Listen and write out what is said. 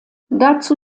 dazu